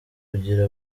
kugira